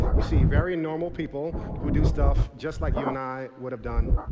you see very normal people who do stuff just like you and i would have done.